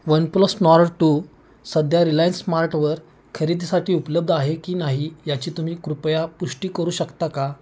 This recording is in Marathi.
वनप्लस नॉर्ड टू सध्या रिलायन्स स्मार्टवर खरेदीसाठी उपलब्ध आहे की नाही याची तुम्ही कृपया पुष्टी करू शकता का